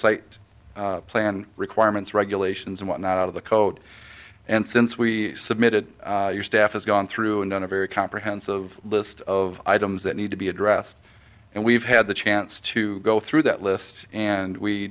site plan requirements regulations and whatnot of the code and since we submitted your staff has gone through and done a very comprehensive list of items that need to be addressed and we've had the chance to go through that list and we